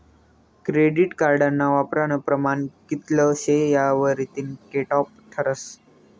credit कार्डना वापरानं प्रमाण कित्ल शे यावरतीन कटॉप ठरस